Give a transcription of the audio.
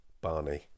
Barney